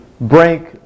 break